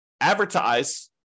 advertise